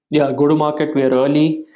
yeah, go-to market, we are early.